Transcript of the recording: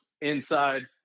inside